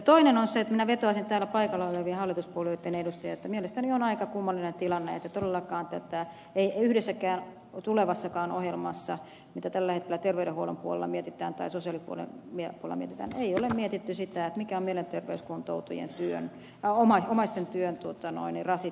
toinen on se että minä vetoaisin täällä paikalla oleviin hallituspuolueitten edustajiin että mielestäni on aika kummallinen tilanne että todellakaan yhdessäkään tulevassakaan ohjelmassa jota tällä hetkellä terveydenhuollon puolella tai sosiaalipuolella mietitään ei ole mietitty sitä mikä on mielenterveyskuntoutujien omaisten työn rasittavuus